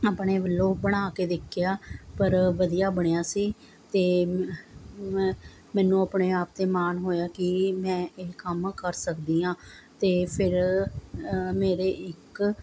ਆਪਣੇ ਵੱਲੋਂ ਬਣਾ ਕੇ ਦੇਖਿਆ ਪਰ ਵਧੀਆ ਬਣਿਆ ਸੀ ਅਤੇ ਮ ਮੈਨੂੰ ਆਪਣੇ ਆਪ 'ਤੇ ਮਾਣ ਹੋਇਆ ਕਿ ਮੈਂ ਇਹ ਕੰਮ ਕਰ ਸਕਦੀ ਹਾਂ ਅਤੇ ਫਿਰ ਮੇਰੇ ਇੱਕ